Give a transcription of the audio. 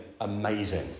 amazing